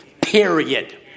Period